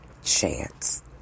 Chance